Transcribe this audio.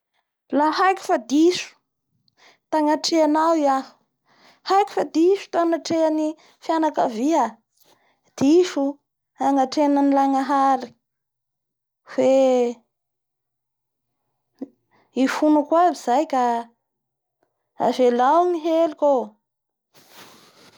Lafa iaho mandeha mikotrana ambony engy la mahita anao avao iaho hitakoa anao fa amanao fanatanjatena koa, ka anao io moa zay te hangena vata moa te hampitombo vody